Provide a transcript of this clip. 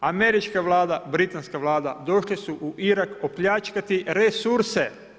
Američka Vlada, britanska Vlada, došli su u Irak opljačkati resurse.